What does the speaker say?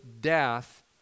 death